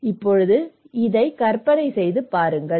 இப்போது இதை கற்பனை செய்து பாருங்கள்